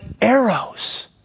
arrows